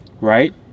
right